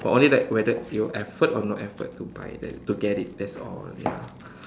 for only that whether you effort or no effort to buy them to get it that's all ya